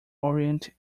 orient